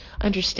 understand